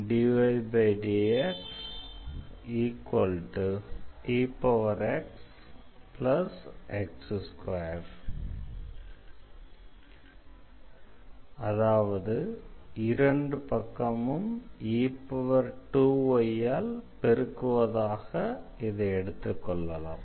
e2ydydxexx2 அதாவது இரு பக்கமும் e2y ஆல் பெருக்குவதாக கொள்ளலாம்